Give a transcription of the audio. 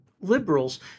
liberals